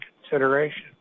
consideration